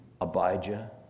Abijah